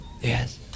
Yes